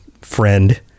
friend